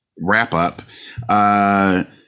wrap-up